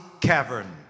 Cavern